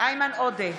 איימן עודה,